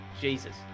Jesus